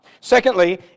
Secondly